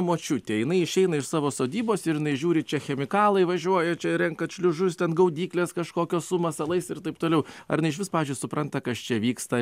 močiutė jinai išeina iš savo sodybos ir jinai žiūri čia chemikalai važiuoja čia renkat šliužus ten gaudyklės kažkokios su masalais ir taip toliau ar jinai išvis pavyzdžiui supranta kas čia vyksta